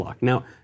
Now